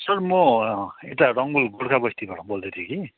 sir म यता रङ्गुल भुड्का बस्तीबाट बोल्दै थिएँ कि